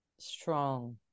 strong